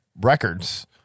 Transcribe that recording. records